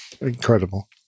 incredible